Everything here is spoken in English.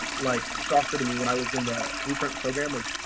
like, shocker to me when i was in the blueprint program was,